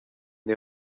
des